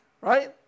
Right